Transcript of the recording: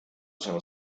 sono